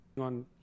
...on